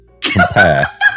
compare